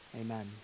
amen